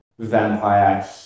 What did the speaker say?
vampire